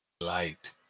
Light